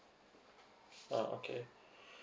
uh okay